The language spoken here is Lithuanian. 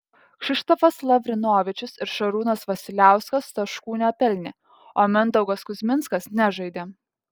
kšištofas lavrinovičius ir šarūnas vasiliauskas taškų nepelnė o mindaugas kuzminskas nežaidė